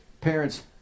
parents